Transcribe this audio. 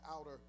outer